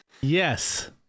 yes